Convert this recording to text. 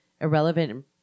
irrelevant